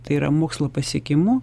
tai yra mokslo pasiekimu